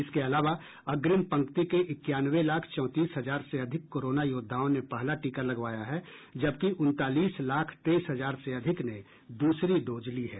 इसके अलावा अग्रिम पंक्ति के इक्यानवें लाख चौंतीस हजार से अधिक कोरोना योद्वाओं ने पहला टीका लगवाया है जबकि उनतालीस लाख तेईस हजार से अधिक ने दूसरी डोज ली है